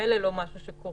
ממילא זה לא משהו שקורה.